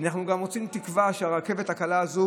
אנחנו גם רוצים לקוות שהרכבת הקלה הזו